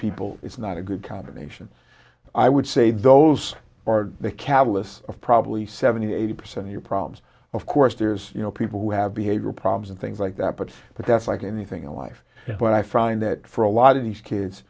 people it's not a good combination i would say those are the catalysts of probably seventy eighty percent of your problems of course there's you know people who have behavior problems and things like that but but that's like anything in life but i find that for a lot of these kids